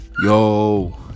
Yo